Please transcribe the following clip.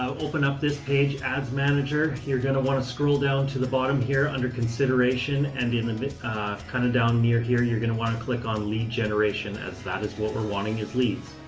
um open up this page, ads manager. you're going to want to scroll down to the bottom here under consideration, and kind and of kind of down near here you're going to want to click on lead generation, as that is what we're wanting is leads.